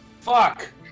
Fuck